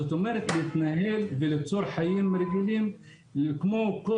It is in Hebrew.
זאת אומרת להתנהל וליצור חיים רגילים כמו כל